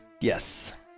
Yes